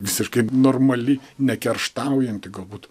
visiškai normali ne kerštaujanti galbūt